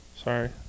Sorry